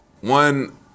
one